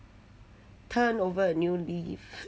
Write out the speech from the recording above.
turn over a new leaf